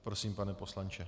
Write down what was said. Prosím, pane poslanče.